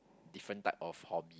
different type of hobby